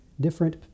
different